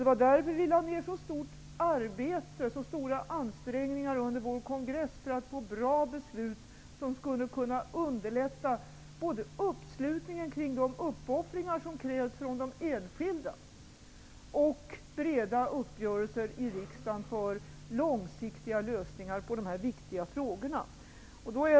Det var därför vi lade ned så stora ansträngningar under vår kongress för att fatta bra beslut som skulle kunna underlätta både uppslutningen kring de uppoffringar som krävs från de enskilda och breda uppgörelser i riksdagen för långsiktiga lösningar på dessa viktiga problem.